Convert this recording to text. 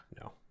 no